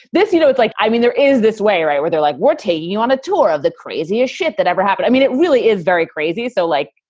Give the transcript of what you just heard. this, you know, it's like i mean, there is this way, right, where they're like, we're taking you on a tour of the craziest shit that ever happen. i mean, it really is very crazy. so, like,